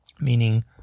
meaning